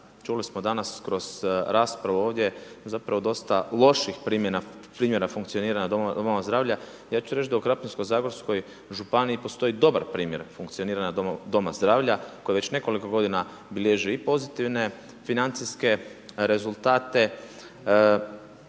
Čuli smo danas kroz raspravu ovdje zapravo dosta loših primjera funkcioniranja domova zdravlja, ja ću reći da u Krapinsko-zagorskoj županiji postoji dobar primjer funkcioniranja doma zdravlja koji već nekoliko godina bilježi i pozitivne financijske rezultate